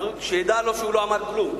אז שידע שהוא לא אמר כלום.